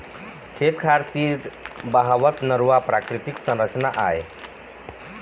खेत खार तीर बहावत नरूवा प्राकृतिक संरचना आय